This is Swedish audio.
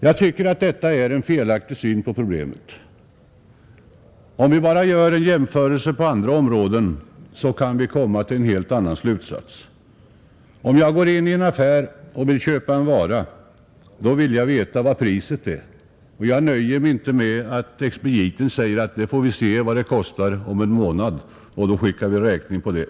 Jag tycker att detta är en felaktig syn på problemet. Om vi bara gör en jämförelse med andra områden kan vi komma till en helt annan slutsats. Om jag går in i en affär och vill köpa en vara, så vill jag veta vad priset är. Jag nöjer mig inte med att expediten säger att vi får se vad det kostar om en månad, och då skickar vi räkning på det.